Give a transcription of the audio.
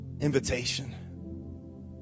invitation